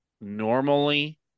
normally